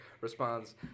responds